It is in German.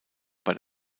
bei